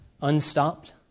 unstopped